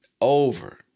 over